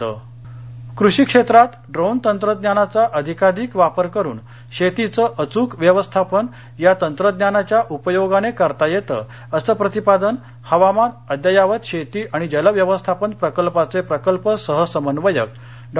कृषि क्षेत्रात डोन तंत्रज्ञान अहमदनगर कृषि क्षेत्रात ड्रोन तंत्रज्ञानाचा अधिकाधिक वापर करुन शेतीचं अचूक व्यवस्थापन या तंत्रज्ञानाच्या उपयोगाने करता येत असं प्रतिपादन हवामान अद्ययावत शेती आणि जल व्यवस्थापन प्रकल्पाचे प्रकल्प सहसमन्वयक डॉ